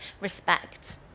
respect